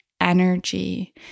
energy